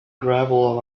gravel